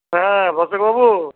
হ্যাঁ বসাক বাবু